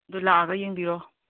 ꯑꯗꯨ ꯂꯥꯛꯑꯒ ꯌꯦꯡꯕꯤꯔꯣ